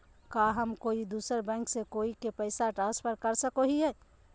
का हम कोई दूसर बैंक से कोई के पैसे ट्रांसफर कर सको हियै?